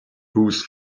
whose